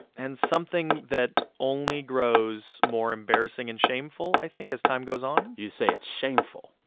and something that only grows more embarrassing and shameful, i think, as time goes on you say it's shameful.